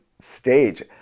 stage